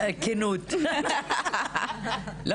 אני